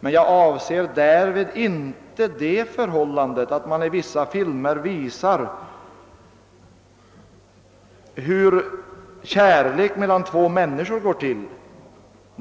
men jag avser därvid inte det förhållandet att man i vissa filmer visar hur kärlek mellan två människor går till.